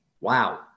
wow